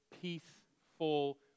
peaceful